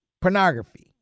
pornography